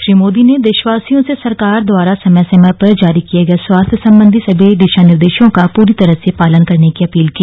श्री मोदी ने देशवासियों से सरकार द्वारा समय समय पर जारी किए गए स्वास्थ्य संबंधी सभी दिशानिर्देशों का पूरी तरह से पालन करने की अपील की